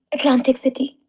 atlantic city!